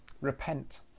repent